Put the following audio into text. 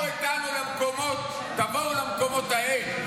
תבואו איתנו למקומות ההם.